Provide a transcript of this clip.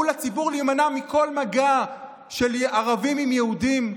לציבור להימנע מכל מגע של ערבים עם יהודים?